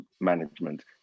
management